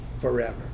forever